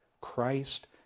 Christ